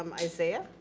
um isaiah.